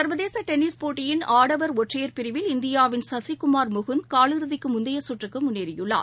சர்வதேசடென்னிஸ் போட்டியின் ஆடவர் ஒற்றையர் பிரிவில் இந்தியாவின் சசிக்குமார் முகுந்த் காலிறுதிக்குமுந்தையசுற்றுக்குமுன்னேறியுள்ளார்